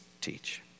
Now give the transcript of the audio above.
teach